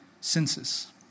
census